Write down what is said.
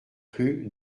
rue